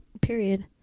Period